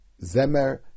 Zemer